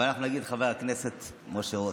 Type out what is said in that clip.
אבל אנחנו נגיד חבר הכנסת משה רוט,